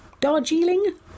Darjeeling